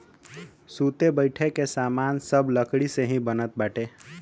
सुते बईठे के सामान सब लकड़ी से ही बनत बाटे